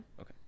okay